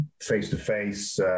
face-to-face